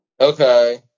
Okay